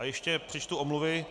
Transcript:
Ještě přečtu omluvy.